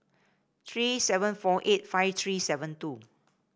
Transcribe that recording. three seven four eight five three seven two